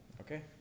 Okay